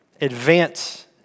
advance